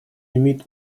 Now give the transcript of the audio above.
имеет